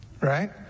right